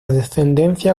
descendencia